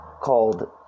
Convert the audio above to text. called